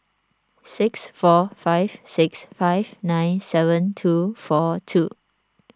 six four five six five nine seven two four two